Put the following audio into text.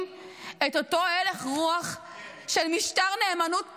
את אותו הלך רוח של משטר נאמנות פוליטי?